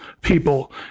people